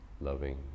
loving